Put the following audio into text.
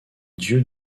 dieux